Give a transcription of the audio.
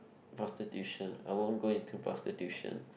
prostitution I won't go into prostitution